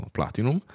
Platinum